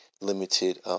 limited